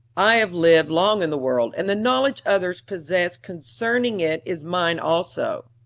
i have lived long in the world, and the knowledge others possess concerning it is mine also.